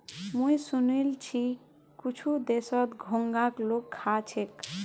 मुई सुनील छि कुछु देशत घोंघाक लोग खा छेक